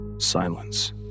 silence